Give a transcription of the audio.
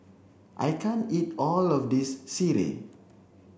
I can't eat all of this Sireh